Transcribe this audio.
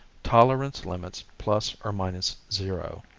tolerance limits plus or minus zero.